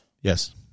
Yes